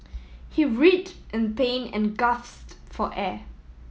he writhed in pain and gasped for air